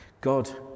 God